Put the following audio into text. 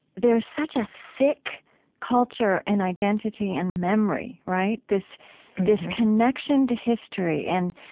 there is such a thick culture and identity and memory, right? this this connection to history and,